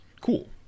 cool